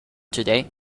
today